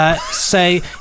Say